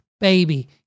baby